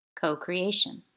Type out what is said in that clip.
co-creation